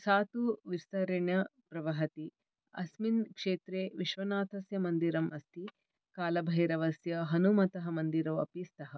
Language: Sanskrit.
सा तु विस्तरेण प्रवहति अस्मिन् क्षेत्रे विश्वनाथस्य मन्दिरम् अस्ति कालभैरवस्य हनुमतः मन्दिरो अपि स्तः